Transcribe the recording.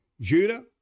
Judah